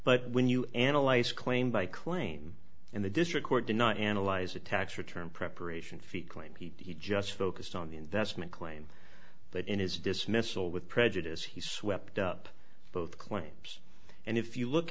but when you analyze claim by claim in the district court did not analyze a tax return preparation feet claim he just focused on the investment claim but in his dismissal with prejudice he swept up both claims and if you look